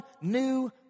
new